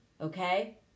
okay